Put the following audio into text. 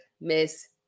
Miss